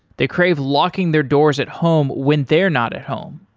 they crave locking their doors at home when they're not at home.